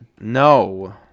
No